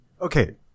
Okay